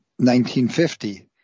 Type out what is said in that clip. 1950